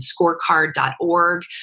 scorecard.org